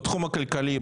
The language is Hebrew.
בתחום הכלכלי,